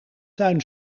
tuin